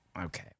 Okay